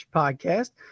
podcast